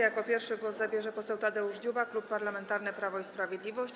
Jako pierwszy głos zabierze poseł Tadeusz Dziuba, Klub Parlamentarny Prawo i Sprawiedliwość.